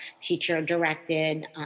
teacher-directed